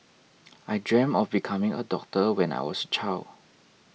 I dreamt of becoming a doctor when I was a child